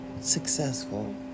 successful